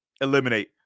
eliminate